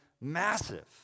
massive